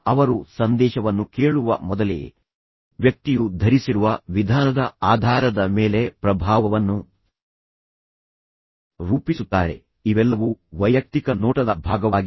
ಅವರು ಸಂದೇಶವನ್ನು ಕೇಳುವ ಮೊದಲೇ ವ್ಯಕ್ತಿಯು ಧರಿಸಿರುವ ವಿಧಾನದ ಆಧಾರದ ಮೇಲೆ ಪ್ರಭಾವವನ್ನು ರೂಪಿಸುತ್ತಾರೆ ಇವೆಲ್ಲವೂ ವೈಯಕ್ತಿಕ ನೋಟದ ಭಾಗವಾಗಿದೆ